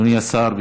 אדוני השר,